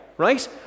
right